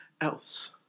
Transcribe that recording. else